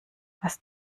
was